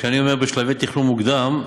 כשאני אומר בשלבי תכנון מוקדם,